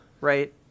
Right